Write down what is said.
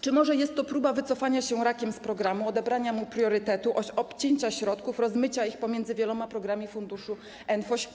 Czy może jest to próba wycofania się rakiem z programu, odebrania mu priorytetu, obcięcia środków, rozmycia ich pomiędzy wieloma programami funduszu NFOŚ?